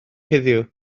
heddiw